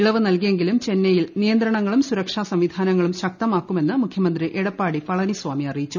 ഇളവ് നൽകിയെങ്കിലും ചെന്നൈയിൽ നിയന്ത്രണങ്ങളും സുരക്ഷാ സംവിധാനങ്ങളും ശക്തമാക്കുമെന്ന് മുഖ്യമന്ത്രി എടപ്പാടി പളനിസ്വാമി അറിയിച്ചു